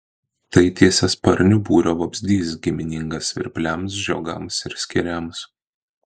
tai tiesiasparnių būrio vabzdys giminingas svirpliams žiogams ir skėriams